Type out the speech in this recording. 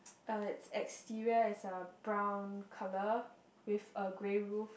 uh it's exterior is a brown colour with a grey roof